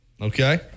Okay